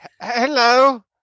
Hello